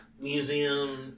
Museum